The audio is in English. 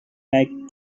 back